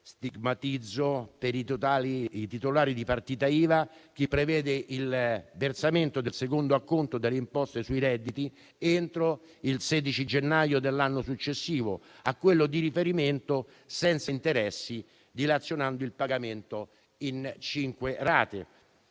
previsione per i titolari di partita IVA del versamento del secondo acconto delle imposte sui redditi entro il 16 gennaio dell'anno successivo a quello di riferimento senza interessi, dilazionando il pagamento in cinque rate.